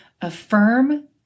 affirm